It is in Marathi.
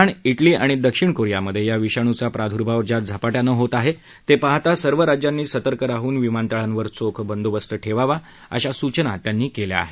आण डेली आणि दक्षिण कोरियामधे या विषाणुचा प्रादुर्भाव ज्या झपाट्यानं होत आहे ते पाहता सर्व राज्यांनी सतर्क राहून विमानतळावर चोख बंदोबस्त ठेवावा अशा सूचना त्यांनी केल्या आहेत